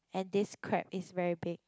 and this crab is very big